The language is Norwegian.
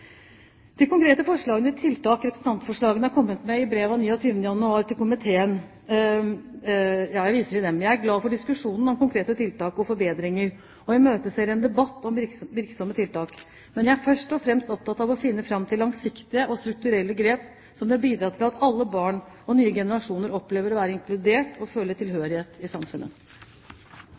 De konkrete forslagene til tiltak i representantforslagene er kommentert i brev av 29. januar til komiteen. Jeg er glad for en diskusjon om konkrete tiltak og forbedringer, og imøteser en debatt om virksomme tiltak, men jeg er først og fremst opptatt av å finne fram til langsiktige og strukturelle grep som vil bidra til at alle barn og nye generasjoner opplever å være inkludert og føle tilhørighet i samfunnet.